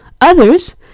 Others